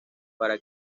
para